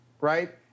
right